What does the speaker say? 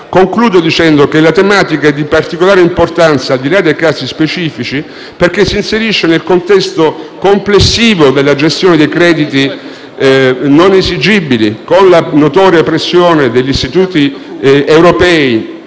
Concludo dicendo che la tematica è di particolare importanza, al di là dei casi specifici, perché si inserisce nel contesto complessivo della gestione dei crediti non esigibili, con la notoria pressione degli istituti europei